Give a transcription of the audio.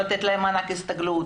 לתת להם מענק הסתגלות.